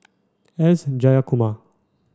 S Jayakumar